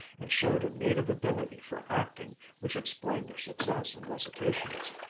and showed a native ability for acting which explained their success in recitations.